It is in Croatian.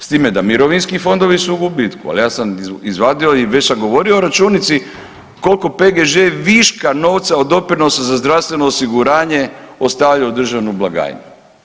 S time da mirovinski fondovi su u gubitku, ali ja sam izvadio i već sam govorio o računici koliko PGŽ viška novca od doprinosa za zdravstveno osiguranje ostavlja u državnu blagajnu.